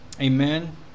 Amen